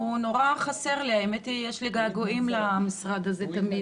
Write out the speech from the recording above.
הוא נורא חסר לי, יש לי געגועים למשרד הזה תמיד.